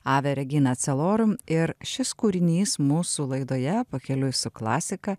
ave regina celorum ir šis kūrinys mūsų laidoje pakeliui su klasika